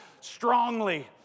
strongly